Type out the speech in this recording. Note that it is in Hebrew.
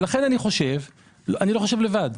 לכן אני חושב ואני לא חושב לבד,